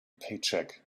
paycheck